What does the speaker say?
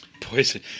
Poison